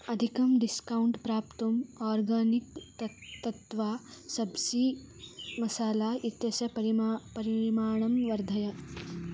अधिकं डिस्कौण्ट् प्राप्तुम् आर्गानिक् तत् तत्वा सब्ज़ी मसाला इत्यस्य परिमा परीमाणं वर्धय